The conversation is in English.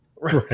Right